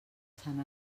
sant